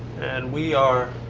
and we are